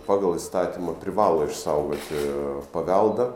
pagal įstatymą privalo išsaugoti paveldą